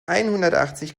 einhundertachzig